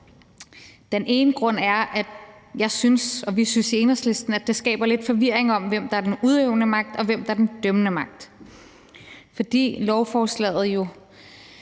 Den ene grund er, at jeg og vi i Enhedslisten synes, at det skaber lidt forvirring om, hvem der er den udøvende magt, og hvem der er den dømmende magt, fordi beslutningsforslaget jo